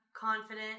confident